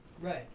Right